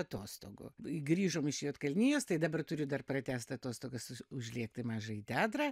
atostogų grįžom iš juodkalnijos tai dabar turiu dar pratęst atostogas užlėkti į mažąjį teatrą